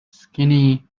skinny